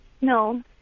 No